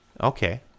okay